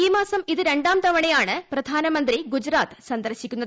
ഈ മാസം ഇതു രണ്ടാം തവണയാണ് പ്രധാ നമന്ത്രി ഗുജറാത്ത് സന്ദർശിക്കുന്നത്